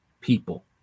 people